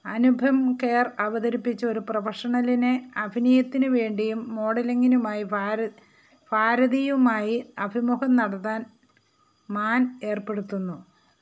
അനുപം ഖേർ അവതരിപ്പിച്ചൊരു പ്രൊഫഷണലിനെ അഭിനയത്തിനു വേണ്ടിയും മോഡലിങ്ങിനുമായി ഭാര ഭാരതിയുമായി അഭിമുഖം നടത്താൻ മാൻ ഏർപ്പെടുത്തുന്നു